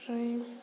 ओमफ्राय